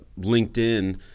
LinkedIn